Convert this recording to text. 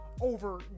over